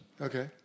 Okay